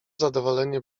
zadowolenie